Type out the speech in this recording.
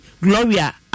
Gloria